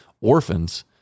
orphans